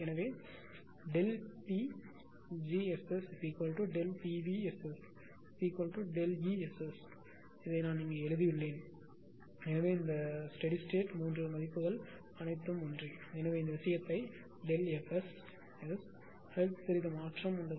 எனவே PgSS PvSS ESSஇங்கு நான் எழுதியுள்ளேன் எனவே இந்த ஸ்டெடி ஸ்டேட் 3 மதிப்புகள் அனைத்தும் ஒன்றே எனவே இந்த விஷயத்தை FSS ஹெர்ட்ஸ் சிறிது மாற்றம் உள்ளது